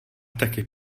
taky